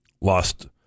lost